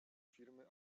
firmy